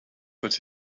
but